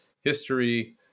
history